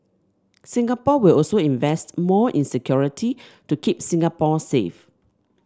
Singapore will also invest more in security to keep Singapore safe